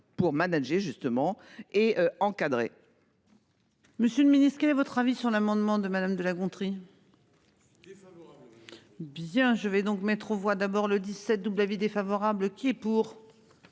pour manager justement et encadré. Monsieur le Ministre, quel est votre avis sur l'amendement de Madame de La Gontrie. Bien je vais donc mettre aux voix d'abord le 17 double avis défavorable qui est pour.